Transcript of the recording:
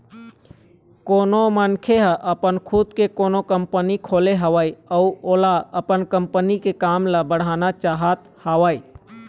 कोनो मनखे ह अपन खुद के कोनो कंपनी खोले हवय अउ ओहा अपन कंपनी के काम ल बढ़ाना चाहत हवय